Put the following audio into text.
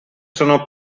sono